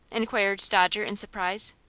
inquired dodger, in surprise.